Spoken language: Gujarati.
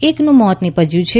એકનું મોત નિપજયું છે